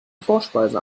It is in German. vorspeise